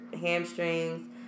hamstrings